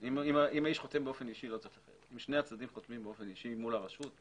אם שני הצדדים חותמים באופן אישי מול הרשות,